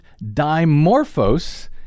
Dimorphos